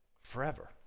forever